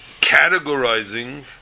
categorizing